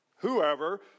Whoever